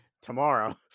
tomorrow